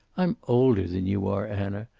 i'm older than you are, anna.